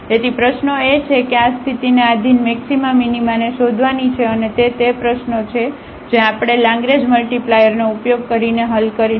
તેથી પ્રશ્નો એ છે કે આ સ્થિતિને આધિન મેક્સિમા મિનિમાને શોધવાની છે અને તે તે પ્રશ્નો છે જે આપણે લાંગરેન્જ મલ્ટીપ્લાયરનો ઉપયોગ કરીને હલ કરીશું